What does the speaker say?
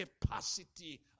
capacity